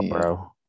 bro